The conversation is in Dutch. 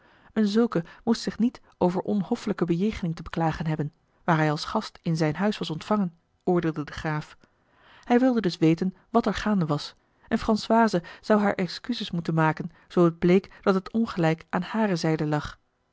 een zulke moest zich niet over onhoffelijke bejegening te beklagen hebben waar hij als gast in zijn huis was ontvangen oordeelde de graaf hij wilde dus weten wàt er gaande was en françoise zou hare excuses moeten maken zoo het bleek dat het ongelijk aan hare zijde lag